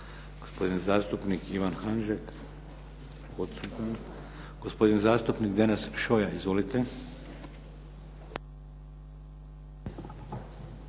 Gospodin zastupnik Ivan Hanžek. Odsutan. Gospodin zastupnik Deneš Šoja. Izvolite.